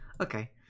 Okay